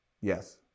Yes